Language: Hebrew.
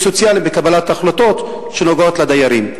סוציאליים בקבלת החלטות שנוגעות לדיירים?